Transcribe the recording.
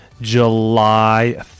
July